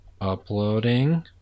Uploading